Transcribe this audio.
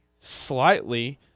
slightly